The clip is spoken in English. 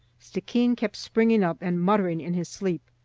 stickeen kept springing up and muttering in his sleep,